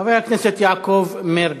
חבר הכנסת יעקב מרגי.